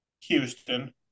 Houston